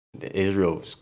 israel